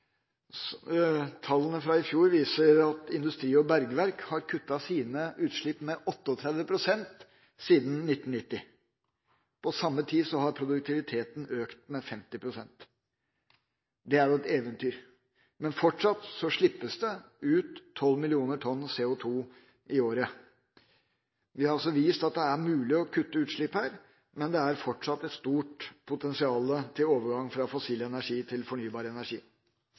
Tallene fra i fjor viser at industri og bergverk har kuttet sine utslipp med 38 pst. siden 1990. På samme tid har produktiviteten økt med 50 pst. Det er et eventyr! Men fortsatt slippes det ut 12 millioner tonn CO2 i året. Vi har vist at det er mulig å kutte utslipp her, men det er fortsatt et stort potensial til overgang fra fossil energi til fornybar energi.